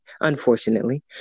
unfortunately